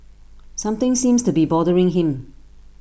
something seems to be bothering him